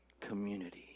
community